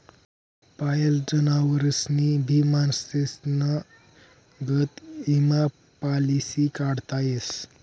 पायेल जनावरेस्नी भी माणसेस्ना गत ईमा पालिसी काढता येस